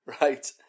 right